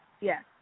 Yes